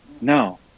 no